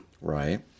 Right